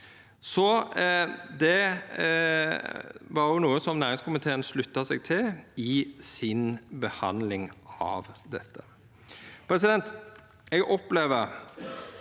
Det var òg noko som næringskomiteen slutta seg til i si behandling av dette.